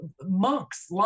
monks